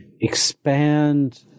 expand